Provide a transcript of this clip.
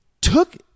took